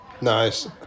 Nice